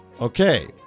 Okay